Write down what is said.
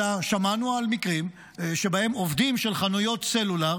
אלא שמענו על מקרים שבהם עובדים של חנויות סלולר